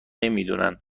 نمیدونند